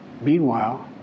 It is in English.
Meanwhile